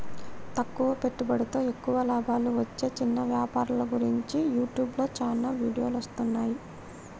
తక్కువ పెట్టుబడితో ఎక్కువ లాభాలు వచ్చే చిన్న వ్యాపారుల గురించి యూట్యూబ్లో చాలా వీడియోలు వస్తున్నాయి